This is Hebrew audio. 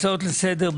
הצעות לסדר,